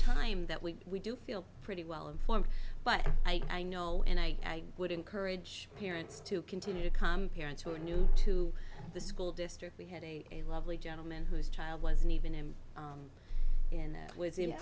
time that we we do feel pretty well informed but i know and i would encourage parents to continue to come parents who are new to the school district we had a a lovely gentleman whose child wasn't even him in there was in